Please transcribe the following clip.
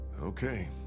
Okay